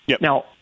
Now